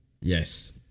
Yes